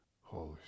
Holy